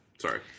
Sorry